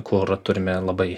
kur turime labai